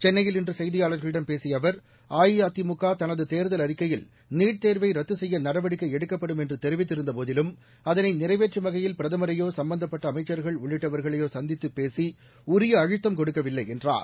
சேன்னையில் இன்று சேய்தியாளர்களிடம் குபசிய அவர்அஇஅதிமுக தனது சூதர்தல் அறிக்கையில் நீட் சூதர்வை ரத்து சேய்ய நடவக்கை எடுக்கப்படும் என்று தேரிவித்திருந்தகுபாதிலும் அதனைநிறைசூவற்றம் வகையில் பிரதமரகுயா சம்பந்தப்பட்ட அமைச்சர்கள் உள்ளிட்டவர்களைகுயா சந்தித்துப்குபசி உரிய அத்தம் கோடுக்கவில்லை என்றார்